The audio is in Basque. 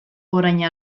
orain